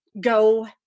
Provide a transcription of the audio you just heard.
go